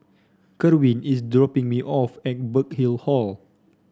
Kerwin is dropping me off at Burkill Hall